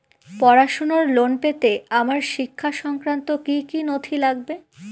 পড়াশুনোর লোন পেতে আমার শিক্ষা সংক্রান্ত কি কি নথি লাগবে?